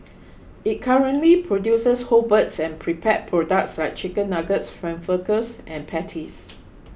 it currently produces whole birds and prepared products like Chicken Nuggets Frankfurters and patties